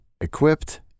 equipped